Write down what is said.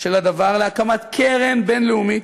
של הדבר, להקמת קרן בין-לאומית,